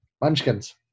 munchkins